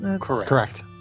Correct